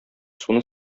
суны